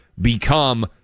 become